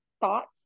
thoughts